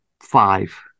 five